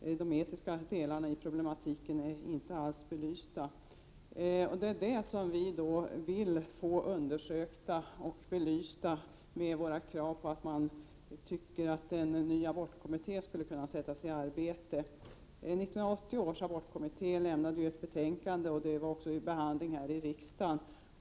De etiska delarna av problematiken är inte alls belysta. Det är sådana frågor som vi med vårt krav på tillsättande av en ny abortkommitté syftar till att få undersökta och belysta. 1980 års abortkommitté avlämnade ett betänkande, som blev föremål för behandling i riksdagen.